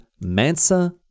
Mansa